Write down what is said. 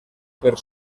per